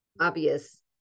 obvious